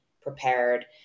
prepared